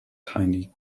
tiny